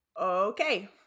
Okay